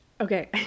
Okay